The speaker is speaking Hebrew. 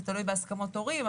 זה תלוי בהסכמות הורים,